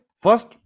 first